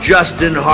Justin